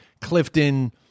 Clifton